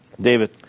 David